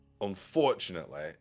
unfortunately